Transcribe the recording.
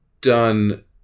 done